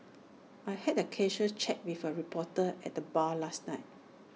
I had A casual chat with A reporter at the bar last night